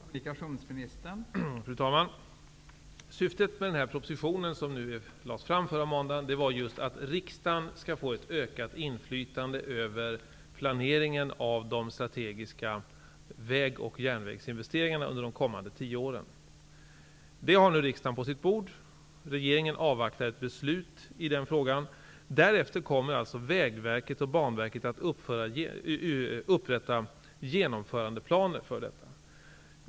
Fru talman! Syftet med den proposition som lades fram förra måndagen var just att riksdagen skall få ett ökat inflytande över planeringen av de strategiska väg och järnvägsinvesteringarna under de kommande tio åren. Denna proposition har riksdagen nu på sitt bord. Regeringen avvaktar ett beslut i den frågan. Därefter kommer alltså Vägverket och Banverket att upprätta genomförandeplaner för detta.